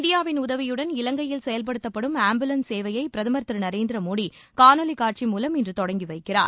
இந்தியாவின் உதவியுடன் இலங்கையில் செயல்படுத்தப்படும் ஆம்புலன்ஸ் சேவையை பிரதமா் திரு நரேந்திர மோடி காணொலி காட்சி மூலம் இன்று தொடங்கி வைக்கிறார்